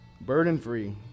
burden-free